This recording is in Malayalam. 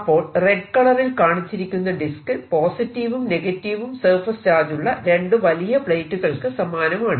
അപ്പോൾ റെഡ് കളറിൽ കാണിച്ചിരിക്കുന്ന ഡിസ്ക് പോസിറ്റീവും നെഗറ്റീവും സർഫേസ് ചാർജുള്ള രണ്ടു വലിയ പ്ലേറ്റുകൾക്ക് സമാനമാണ്